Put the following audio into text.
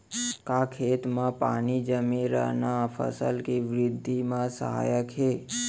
का खेत म पानी जमे रहना फसल के वृद्धि म सहायक हे?